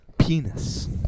penis